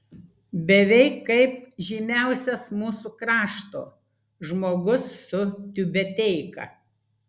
beveik kaip žymiausias mūsų krašto žmogus su tiubeteika